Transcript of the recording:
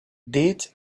deeds